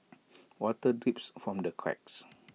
water drips from the cracks